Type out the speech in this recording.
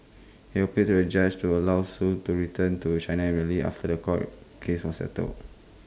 he appealed to the judge to allow Sui to return to China immediately after The Court case was settled